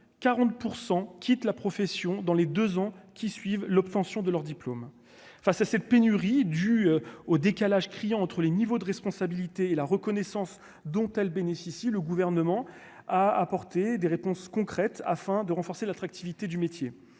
100 quittent la profession dans les 2 ans qui suivent l'obtention de leur diplôme, face à cette pénurie due au décalage criant entre les niveaux de responsabilité et la reconnaissance dont elle bénéficie, le gouvernement à apporter des réponses concrètes afin de renforcer l'attractivité du métier,